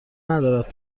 ندارد